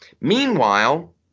Meanwhile